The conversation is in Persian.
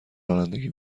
رانندگی